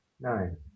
Nine